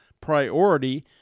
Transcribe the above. priority